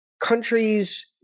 countries